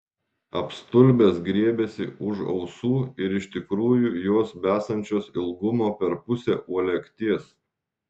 apstulbęs griebėsi už ausų ir iš tikrųjų jos besančios ilgumo per pusę uolekties